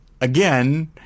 again